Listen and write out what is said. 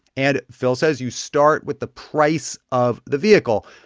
and phil says you start with the price of the vehicle.